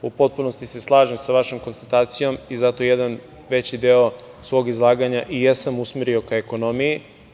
U potpunosti se slažem sa vašom konstatacijom i zato jedan veći deo svog izlaganja i jesam usmerio ka ekonomiji.